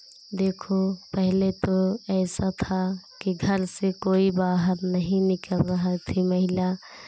देखो पहले तो ऐसा था कि घर से कोई बाहर नहीं निकल रहा थी महिला